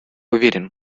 уверен